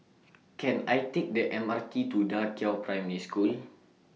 Can I Take The M R T to DA Qiao Primary School